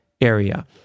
area